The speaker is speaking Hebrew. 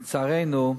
לצערנו,